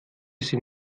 sind